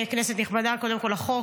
כנסת נכבדה, קודם כול החוק.